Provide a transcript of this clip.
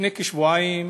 לפני כשבועיים